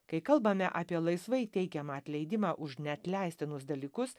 kai kalbame apie laisvai teikiamą atleidimą už neatleistinus dalykus